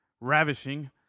ravishing